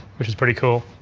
which is pretty cool.